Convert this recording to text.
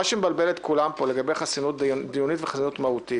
מה שמבלבל את כולם פה לגבי חסינות דיונית וחסינות מהותית